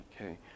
okay